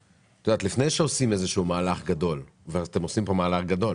לפני שעושים איזשהו מהלך גדול ואתם עושים כאן מהלך גדול